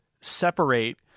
separate